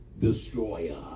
destroyer